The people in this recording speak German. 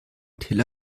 tel